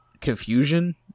confusion